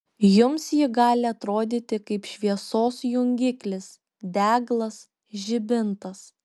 jums ji gali atrodyti kaip šviesos jungiklis deglas žibintas